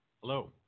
Hello